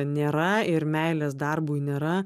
nėra ir meilės darbui nėra